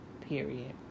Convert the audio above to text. Period